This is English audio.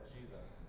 Jesus